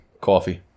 Coffee